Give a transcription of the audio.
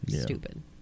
stupid